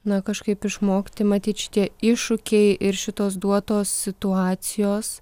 na kažkaip išmokti matyt šitie iššūkiai ir šitos duotos situacijos